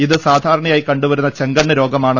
ഇത് സാധാരണയായി കണ്ടുവരുന്ന ചെങ്കണ്ണ് രോഗമാണ്